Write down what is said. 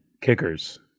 kickers